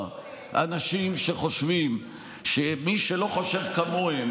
מגיעים אנשים שחושבים שמי שלא חושב כמוהם,